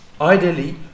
Ideally